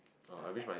stuff like